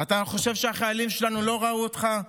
אתה חושב שהחיילים שלנו לא ראו אותך?